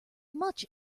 much